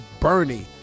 Bernie